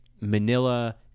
Manila